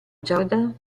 jordan